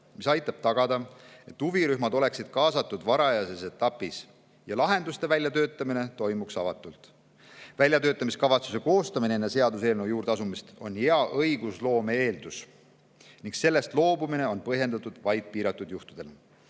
mis aitab tagada, et huvirühmad oleksid kaasatud varajases etapis ja lahenduste väljatöötamine toimuks avatult. Väljatöötamiskavatsuse koostamine enne seaduseelnõu juurde asumist on hea õigusloome eeldus ning sellest loobumine on põhjendatud vaid piiratud juhtudel.